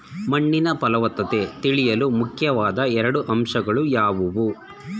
ಮಣ್ಣಿನ ಫಲವತ್ತತೆ ತಿಳಿಯಲು ಮುಖ್ಯವಾದ ಎರಡು ಅಂಶಗಳು ಯಾವುವು?